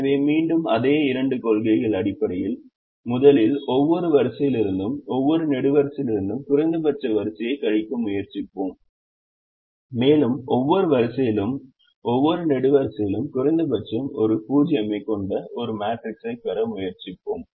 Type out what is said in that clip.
எனவே மீண்டும் அதே இரண்டு கொள்கைகளின் அடிப்படையில் முதலில் ஒவ்வொரு வரிசையிலிருந்தும் ஒவ்வொரு நெடுவரிசையிலிருந்தும் குறைந்தபட்ச வரிசையைக் கழிக்க முயற்சிப்போம் மேலும் ஒவ்வொரு வரிசையிலும் ஒவ்வொரு நெடுவரிசையிலும் குறைந்தபட்சம் ஒரு 0 ஐக் கொண்ட ஒரு மேட்ரிக்ஸைப் பெற முயற்சிப்போம்